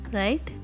right